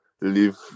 leave